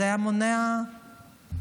זה היה מונע פיגוע,